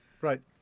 Right